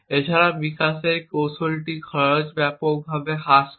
এছাড়াও বিকাশের এই কৌশলটি খরচও ব্যাপকভাবে হ্রাস করে